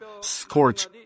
scorch